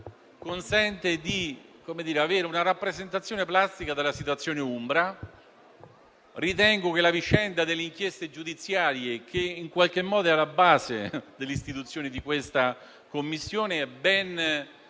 consente di avere una rappresentazione plastica della situazione umbra. Io ritengo che la vicenda delle inchieste giudiziarie, che in qualche modo è alla base dell'istituzione di questa Commissione, è ben